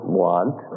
want